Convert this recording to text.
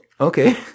okay